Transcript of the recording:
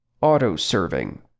auto-serving